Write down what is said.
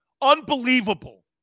Unbelievable